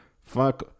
fuck